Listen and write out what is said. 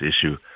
issue